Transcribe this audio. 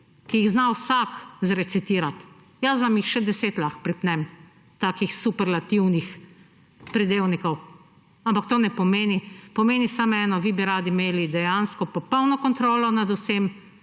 ki jih zna vsak zrecitirati. Jaz vam še deset lahko pripnem takih superlativnih pridevnikov, ampak to ne pomeni, pomeni samo eno, da bi vi radi imeli dejansko popolno kontrolo nad vsem.